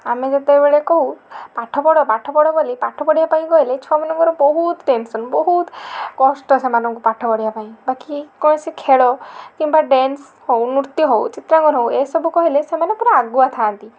ଆମେ ଯେତେବେଳେ କହୁ ପାଠ ପଢ଼ ପାଠ ପଢ଼ ବୋଲି ପାଠ ପଢ଼ିବା ପାଇଁ କହିଲେ ଛୁଆ ମାନଙ୍କର ବହୁତ ଟେନସନ ବହୁତ କଷ୍ଟ ସେମାନଙ୍କୁ ପାଠ ପଢ଼ିବା ପାଇଁ ବାକି କୌଣସି ଖେଳ କିମ୍ବା ଡେନ୍ସ ହଉ ନୃତ୍ୟ ହଉ ଚିତ୍ର କର ହଉ ଏସବୁ କହିଲେ ସେମାନେ ପୁରା ଆଗୁଆ ଥାଆନ୍ତି